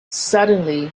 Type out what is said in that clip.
suddenly